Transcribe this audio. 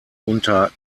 unter